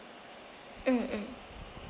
hmm hmm